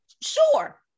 Sure